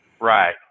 Right